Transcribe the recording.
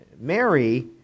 Mary